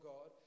God